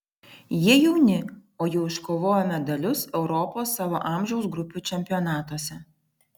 jie jauni o jau iškovojo medalius europos savo amžiaus grupių čempionatuose